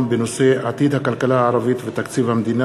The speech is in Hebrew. בנושא: עתיד הכלכלה הערבית ותקציב המדינה,